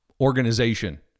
Organization